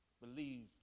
Believe